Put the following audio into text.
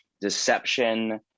deception